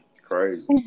Crazy